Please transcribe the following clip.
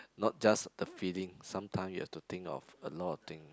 not just the feeling sometime you have to think of a lot of thing